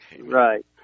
Right